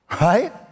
Right